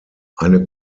eine